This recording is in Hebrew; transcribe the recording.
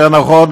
יותר נכון,